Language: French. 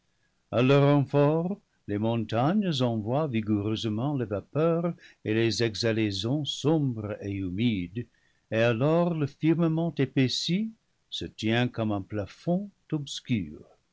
leur renfort les montagnes envoient vigoureusement les vapeurs et les exhalaisons sombres et humides et alors le firmament épaissi se tient comme un plafond obscur